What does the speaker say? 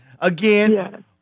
Again